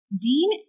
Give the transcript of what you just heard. Dean